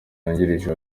wungirije